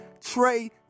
Trey